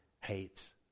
hates